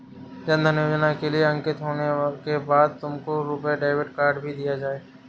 जन धन योजना के लिए अंकित होने के बाद तुमको रुपे डेबिट कार्ड भी दिया जाएगा